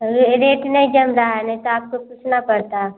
रे रेट नहीं जम रहा है नहीं तो आपको पूछना पड़ता